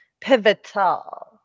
pivotal